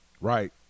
Right